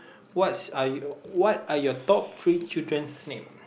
what's are you what are your top three children's name